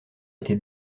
été